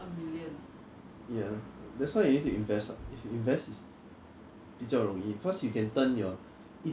they take transaction percent so at the end of the day it's a zero sum game correct so if you earn two hundred thousand dollars